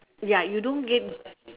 ya you don't get